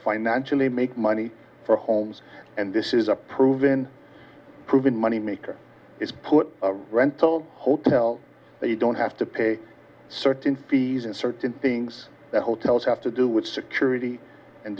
financially make money for homes and this is a proven proven money maker is put rental hotel that you don't have to pay certain fees and certain things that hotels have to do with security and